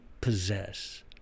possess